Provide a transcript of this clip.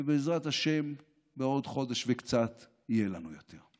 ובעזרת השם, בעוד חודש וקצת יהיה לנו יותר.